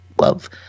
love